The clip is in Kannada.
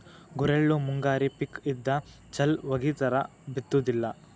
ಗುರೆಳ್ಳು ಮುಂಗಾರಿ ಪಿಕ್ ಇದ್ದ ಚಲ್ ವಗಿತಾರ ಬಿತ್ತುದಿಲ್ಲಾ